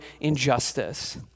injustice